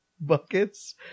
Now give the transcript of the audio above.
buckets